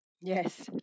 Yes